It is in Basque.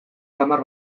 samar